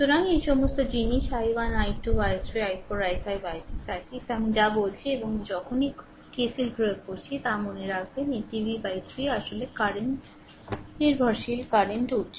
সুতরাং এই সমস্ত জিনিস i1 i 2 i3 i4 i5 i6 i6 আমি যা বলেছি এবং এখন KCL প্রয়োগ করি তা মনে রাখবেন এই V 3 আসলে কারেন্ট নির্ভরশীল কারেন্ট উৎস